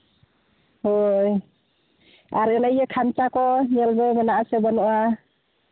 ᱦᱮᱸ ᱟᱨ ᱚᱱᱮ ᱠᱷᱟᱧᱪᱟ ᱠᱚ ᱧᱮᱞ ᱢᱮ ᱢᱮᱱᱟᱜ ᱟᱥᱮ ᱵᱟᱹᱱᱩᱜᱼᱟ